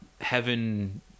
heaven